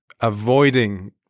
avoiding